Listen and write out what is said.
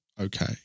okay